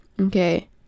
okay